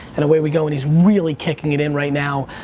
and away we go. and he's really kicking it in right now.